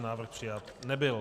Návrh přijat nebyl.